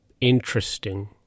interesting